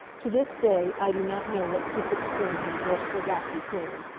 to this day i do not know what secret string the resourceful blackie pulled.